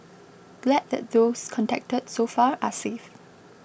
glad that those contacted so far are safe